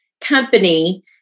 company